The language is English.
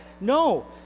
No